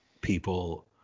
people